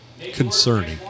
concerning